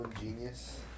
genius